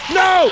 no